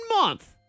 month